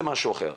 זה משהו אחר.